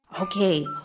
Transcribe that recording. Okay